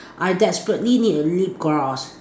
I desperately need a lip gloss